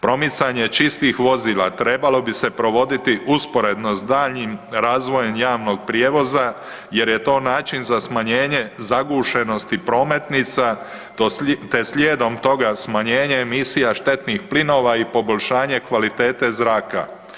Promicanje čistih vozila trebalo bi se provoditi usporedno s daljnjim razvojem javnog prijevoza jer je to način za smanjenje zagušenosti prometnica te slijedom toga smanjenje emisija štetnih plinova i poboljšanje kvalitete zraka.